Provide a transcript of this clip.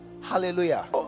Hallelujah